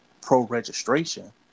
pro-registration